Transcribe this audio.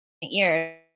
years